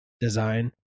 design